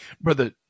brother